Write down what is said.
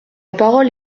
parole